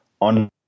on